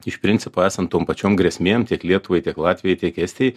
iš principo esant tom pačiom grėsmėm tiek lietuvai tiek latvijai tiek estijai